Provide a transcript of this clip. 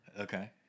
Okay